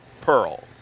pearl